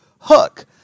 hook